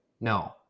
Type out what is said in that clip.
no